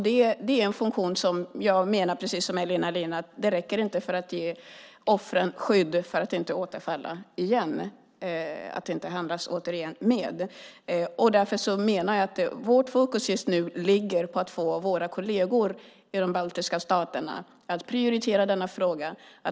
Det är en funktion som jag precis som Elina Linna menar inte räcker för att ge offren skydd för att inte återfalla och handlas med återigen. Därför menar jag att vårt fokus just nu ligger på att få våra kolleger i de baltiska staterna att prioritera denna fråga.